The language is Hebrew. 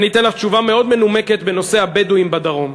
אני אתן לך תשובה מאוד מנומקת בנושא הבדואים בדרום.